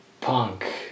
punk